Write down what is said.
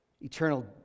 eternal